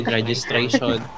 Registration